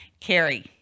Carrie